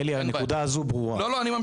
הוא צריך